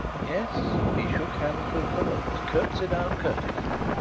yes he shook hands with them, and was curtseyed out courteously,